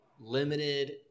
limited